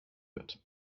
wird